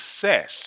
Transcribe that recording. success